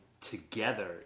together